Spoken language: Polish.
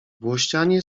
włościanie